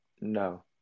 no